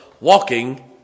walking